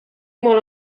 molt